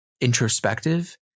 introspective